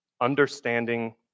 Understanding